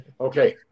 Okay